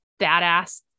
badass